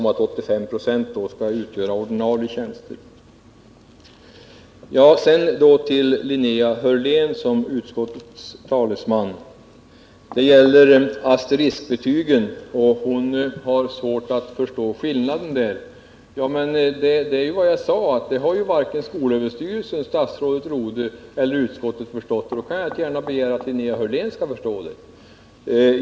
Jag vill ill Linnea Hörlén, vilken som utskottets talesman hade svårt att se skillnaden i uppfattning när det gällde asteriskbetygen, säga att jag redan har påpekat att varken skolöverstyrelsen, statsrådet Rodhe eller utskottet har förstått detta. Jag kan då inte gärna begära att Linnea Hörlén skall förstå det.